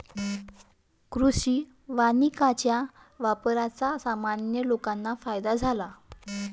कृषी वानिकाच्या वापराचा सामान्य लोकांना फायदा झाला